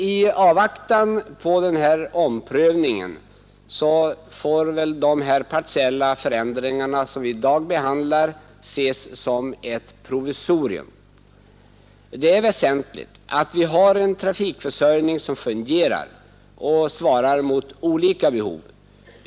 I avvaktan på den här omprövningen får väl de partiella förändringar som vi i dag behandlar ses som ett provisorium, Det är väsentligt att vi har en trafikförsörjning som fungerar och svarar mot olika behov.